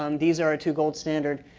um these are ah two gold's standard.